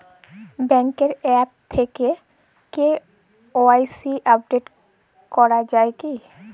ব্যাঙ্কের আ্যপ থেকে KYC update করা যায় কি?